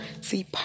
see